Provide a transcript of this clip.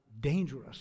dangerous